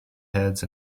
heads